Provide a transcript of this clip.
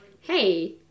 Hey